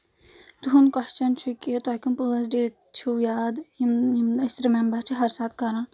تُہُنٛد کوسچن چھُ کہِ تۄہہِ کٕمۍ پانٛژھ ڈیٹ چھِو یاد یِم یِم نہٕ أسۍ رِمیٚمبر چھِ ہر ساتہٕ کَران